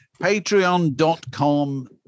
patreon.com